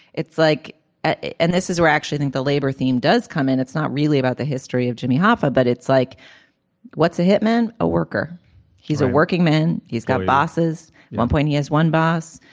it's like and this is where actually think the labor theme does come in it's not really about the history of jimmy hoffa but it's like what's the hitman a worker he's a working man. he's got bosses at one point he has one boss.